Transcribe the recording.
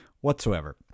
whatsoever